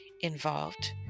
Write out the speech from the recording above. involved